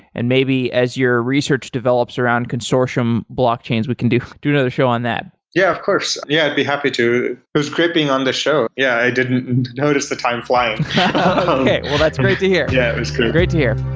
and maybe as your research develops around consortium blockchains, we can do do another show on that yeah, of course. yeah, i'd be happy to. it was great being on the show. yeah, i didn't notice the time flying okay. well, that's great to hear yeah, it was great great to hear